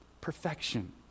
perfection